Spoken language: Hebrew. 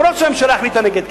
אף שהממשלה החליטה נגד,